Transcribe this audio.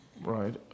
Right